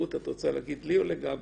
רות, את רוצה להגיד לי או לגבי?